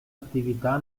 attività